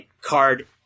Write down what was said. card